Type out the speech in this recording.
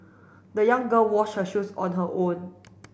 the young girl wash her shoes on her own